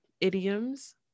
idioms